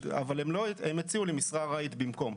אבל הם הציעו לי משרה ארעית במקום,